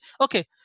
Okay